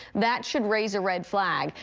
that should raise a red flag.